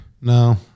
No